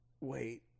wait